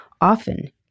Often